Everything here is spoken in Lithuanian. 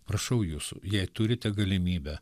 prašau jūsų jei turite galimybę